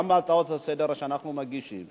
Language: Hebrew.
גם בהצעות לסדר-היום שאנחנו מגישים,